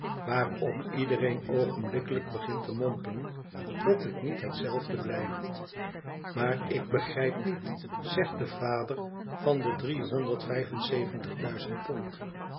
waarop iedereen oogenblikkelijk begint te mompelen dat het niet hetzelfde blijft maar ik begrijp niet zegt de vader van de